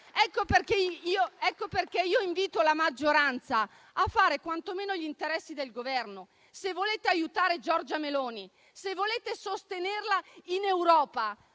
Ecco perché invito la maggioranza a fare quantomeno gli interessi del Governo: se volete aiutare Giorgia Meloni, se volete sostenerla in Europa,